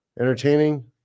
Entertaining